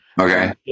Okay